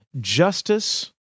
justice